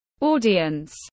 audience